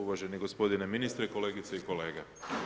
Uvaženi gospodine ministre, kolegice i kolege.